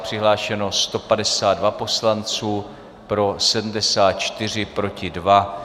Přihlášeni 152 poslanci, pro 74, proti 2.